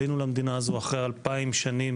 עלינו למדינה הזאת אחרי 2,000 שנים